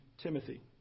Timothy